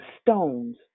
stones